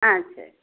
ஆ சரி